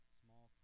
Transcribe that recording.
small